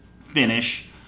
finish